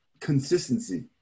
consistency